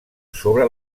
sobre